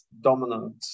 dominant